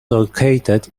located